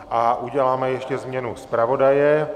A uděláme ještě změnu zpravodaje.